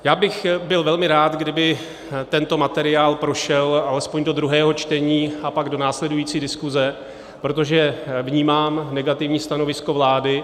Já bych byl velmi rád, kdyby tento materiál prošel alespoň do druhého čtení a pak do následující diskuse, protože vnímám negativní stanovisko vlády.